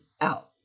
out